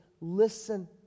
Listen